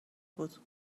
بود